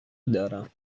دارم